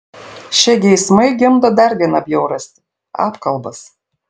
šie geismai gimdo dar vieną bjaurastį apkalbas